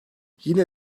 yine